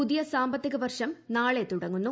പുതിയ സാമ്പത്തിക വർഷം നാളെ തുടങ്ങുന്നു